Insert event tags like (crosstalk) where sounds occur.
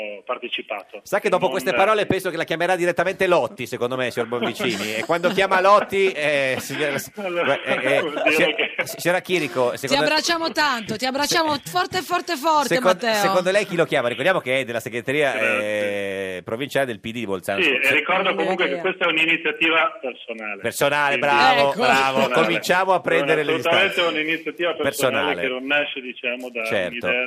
partecipato. Sa che dopo Non- queste parole penso che la chiamerà direttamente Lotti, secondo me, signor Bonvicini, (laughs) e quando chiama Lotti, eh, signora- Allora, (laughs) eh, eh, (laughs) vuol dire signora- che- signora Chirico, Ti secondo- abbracciamo tanto, ti se- abbracciamo forte, forte, forte, secondo- Matteo. secondo lei chi lo chiama? Ricordiamo che è della segreteria, Grazie. eh, provinciale del PD di Bolzano. Sì, Su- e se- ricordo comunque che questa è un'iniziativa personale. Personale, Sì, bravo, Ecco. bravo. personale. Cominciamo a Non è prendere le distanze. assolutamente un'iniziativa personale che Personale. non nasce, diciamo, da Certo. un'idea